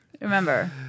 remember